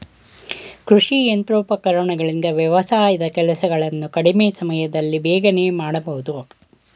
ಕೃಷಿ ಯಂತ್ರೋಪಕರಣಗಳಿಂದ ವ್ಯವಸಾಯದ ಕೆಲಸಗಳನ್ನು ಕಡಿಮೆ ಸಮಯದಲ್ಲಿ ಬೇಗನೆ ಮಾಡಬೋದು